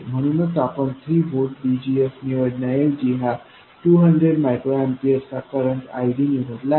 म्हणूनच आपण 3 व्होल्ट VGSनिवडण्या ऐवजी हा 200 मायक्रो अॅम्पीअर चा करंट ID निवडला आहे